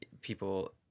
people